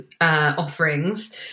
offerings